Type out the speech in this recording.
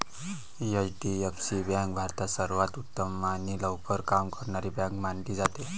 HDFC bank भारतात सर्वांत उत्तम आणि लवकर काम करणारी मानली जाते